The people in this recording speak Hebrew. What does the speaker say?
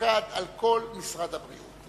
מופקד על כל משרד הבריאות.